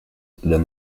than